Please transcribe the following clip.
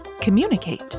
communicate